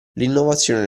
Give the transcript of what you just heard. l’innovazione